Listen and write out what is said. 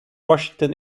washington